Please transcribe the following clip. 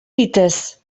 bitez